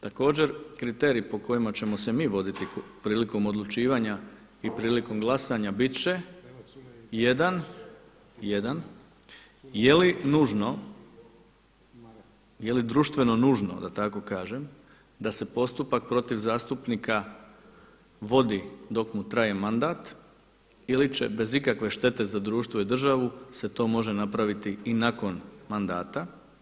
Također kriteriji po kojima ćemo se mi voditi prilikom odlučivanja i prilikom glasanja bit će jedan, jeli nužno, jeli društveno nužno da tako kažem da se postupak protiv zastupnika vodi dok mu traje mandat ili će bez ikakve štete za društvo i državu se to može napraviti i nakon mandata.